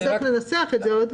נצטרך עוד לנסח את זה.